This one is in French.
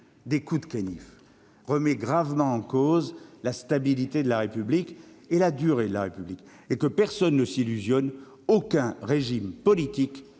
des coups de canif remet gravement en cause la stabilité de la République et sa durée. Que personne ne s'illusionne, aucun régime politique